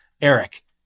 Eric